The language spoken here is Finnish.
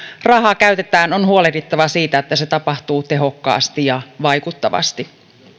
rahaa käytetään on huolehdittava siitä että se tapahtuu tehokkaasti ja vaikuttavasti